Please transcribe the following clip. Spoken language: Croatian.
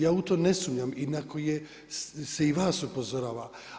Ja u to ne sumnjam i na koje se i vas upozorava.